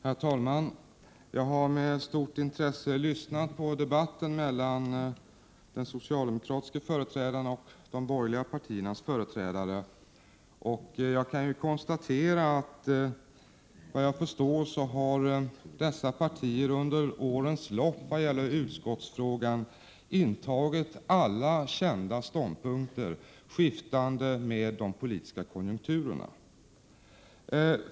Herr talman! Jag har med stort intresse lyssnat på debatten mellan den socialdemokratiske företrädaren och de borgerliga partiernas företrädare, och jag kan konstatera att dessa partier, såvitt jag förstår, vad gäller utskottsfrågan under årens lopp har intagit alla kända ståndpunkter, skiftande med de politiska konjunkturerna.